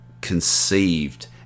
conceived